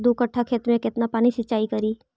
दू कट्ठा खेत में केतना पानी सीचाई करिए?